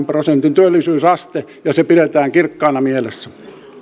prosentin työllisyysaste ja se pidetään kirkkaana mielessä